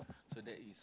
so that is